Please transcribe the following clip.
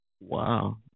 Wow